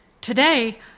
Today